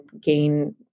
gain